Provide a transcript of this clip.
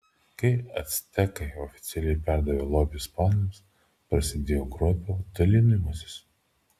kai actekai oficialiai perdavė lobį ispanams prasidėjo grobio dalinimasis